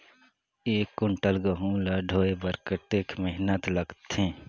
एक कुंटल गहूं ला ढोए बर कतेक मेहनत लगथे?